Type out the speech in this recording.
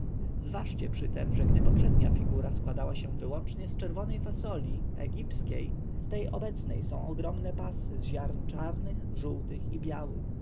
zważcie przytem że gdy poprzednia figura składała się wyłącznie z czerwonej fasoli egipskiej w tej obecnej są ogromne pasy z ziarn czarnych żółtych i białych